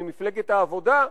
ממפלגת העבודה,